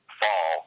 fall